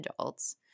adults